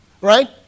right